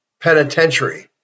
Penitentiary